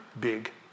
big